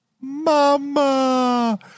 Mama